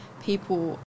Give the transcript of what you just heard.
people